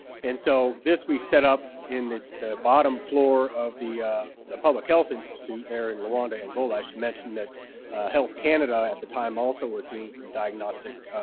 and so this we set up in the the bottom floor of the of the public health institute there in luanda, angola. i should mention that health canada at the time also was doing some diagnostic